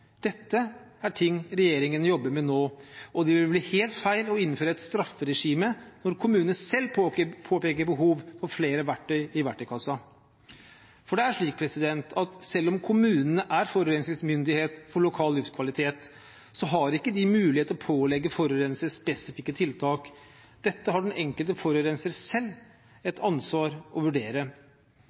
Dette er ting regjeringen jobber med nå, og det vil bli helt feil å innføre et strafferegime når kommunene selv påpeker behov for flere verktøy i verktøykassen. Det er slik at selv om kommunene er forurensningsmyndighet for lokal luftkvalitet, så har de ikke mulighet til å pålegge forurenser spesifikke tiltak. Dette har den enkelte forurenser selv et ansvar for å vurdere.